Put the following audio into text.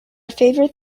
favorite